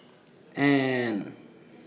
and